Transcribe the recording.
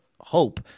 hope